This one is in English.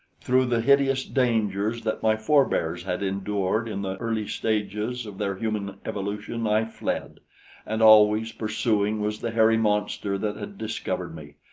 through the hideous dangers that my forebears had endured in the earlier stages of their human evolution i fled and always pursuing was the hairy monster that had discovered me.